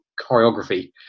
choreography